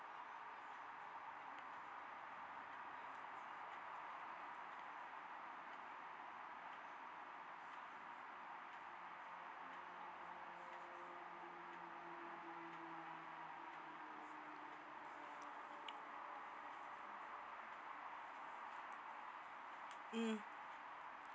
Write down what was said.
mm